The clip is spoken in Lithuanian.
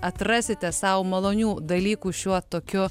atrasite sau malonių dalykų šiuo tokiu